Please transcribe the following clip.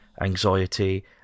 anxiety